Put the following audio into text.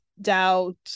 doubt